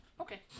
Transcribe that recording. okay